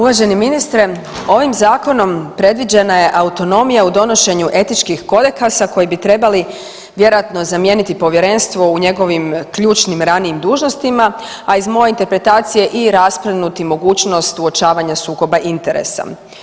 Uvaženi ministre, ovim zakonom predviđena je autonomija u donošenju etičkih kodekasa koji bi trebali vjerojatno zamijeniti povjerenstvo u njegovim ključnim ranijim dužnostima, a iz moje interpretacije i … [[Govornik se ne razumije]] mogućnost uočavanja sukoba interesa.